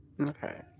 Okay